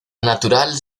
natural